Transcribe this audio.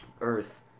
earth